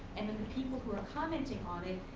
and then the people who are commenting on it,